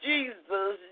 Jesus